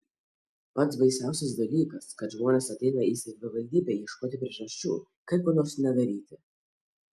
pats baisiausias dalykas kad žmonės ateina į savivaldybę ieškoti priežasčių kaip ko nors nedaryti